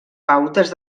pautes